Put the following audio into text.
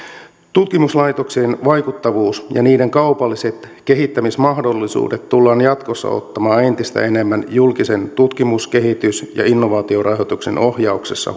tutkimuslaitoksien vaikuttavuus ja niiden kaupalliset kehittämismahdollisuudet tullaan jatkossa ottamaan entistä enemmän julkisen tutkimus kehitys ja innovaatiorahoituksen ohjauksessa